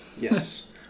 yes